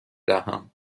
دهم